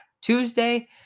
Tuesday